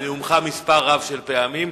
בנאומך מספר רב של פעמים.